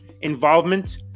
involvement